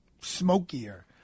smokier